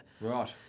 right